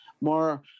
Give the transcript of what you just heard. more